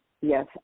yes